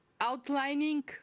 outlining